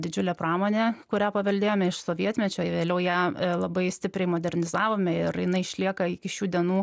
didžiulę pramonę kurią paveldėjome iš sovietmečio ir vėliau ją labai stipriai modernizavome ir jinai išlieka iki šių dienų